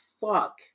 fuck